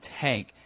tank